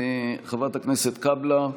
חברת הכנסת קאבלה,